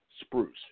spruce